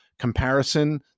Comparison